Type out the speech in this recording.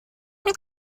lock